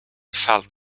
felt